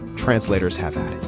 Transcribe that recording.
translators haven't.